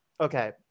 okay